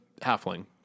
halfling